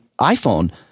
iPhone